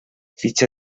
fitxa